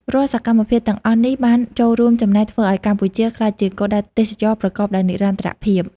រាល់សកម្មភាពទាំងអស់នេះបានចូលរួមចំណែកធ្វើឱ្យកម្ពុជាក្លាយជាគោលដៅទេសចរណ៍ប្រកបដោយនិរន្តរភាព។